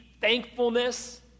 thankfulness